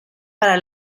para